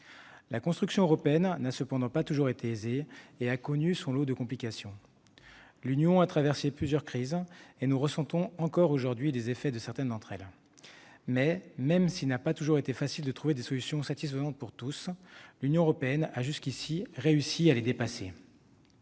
La construction européenne n'a cependant pas toujours été aisée et a connu son lot de complications. L'Union a traversé plusieurs crises, et nous ressentons encore aujourd'hui les effets de certaines d'entre elles. Mais, même s'il n'a pas toujours été facile de trouver des solutions satisfaisantes pour tous, l'Union européenne a jusqu'à présent réussi à les dépasser.